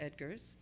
Edgars